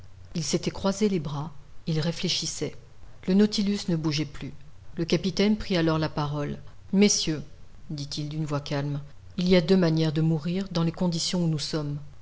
il s'était croisé les bras il réfléchissait le nautilus ne bougeait plus le capitaine prit alors la parole messieurs dit-il d'une voix calme il y a deux manières de mourir dans les conditions où nous sommes